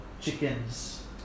chickens